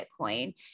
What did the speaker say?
Bitcoin